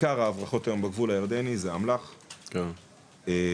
עיקר ההברחות היום בגבול הירדני זה אמל"ח בכמויות